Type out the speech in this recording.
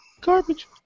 Garbage